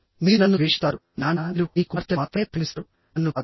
మీరు నన్ను ద్వేషిస్తారు నాన్న మీరు మీ కుమార్తెను మాత్రమే ప్రేమిస్తారు నన్ను కాదు